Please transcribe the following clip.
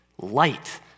Light